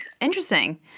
Interesting